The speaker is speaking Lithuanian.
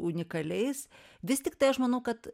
unikaliais vis tiktai aš manau kad